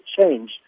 change